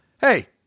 hey